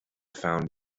found